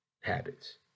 habits